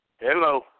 Hello